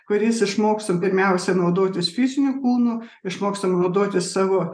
kuris išmoksta pirmiausia naudotis fiziniu kūnu išmokstam naudotis savo